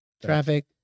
traffic